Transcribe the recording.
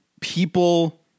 people